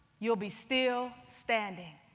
you'll be still standing.